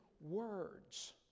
words